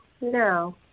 no